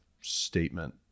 statement